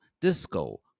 disco